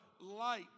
light